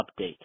update